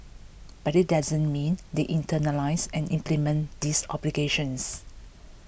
but it doesn't mean they internalise and implement these obligations